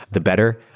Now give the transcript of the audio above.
the better.